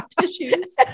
tissues